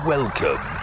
Welcome